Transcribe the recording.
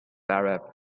arab